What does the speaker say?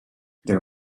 there